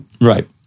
Right